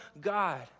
God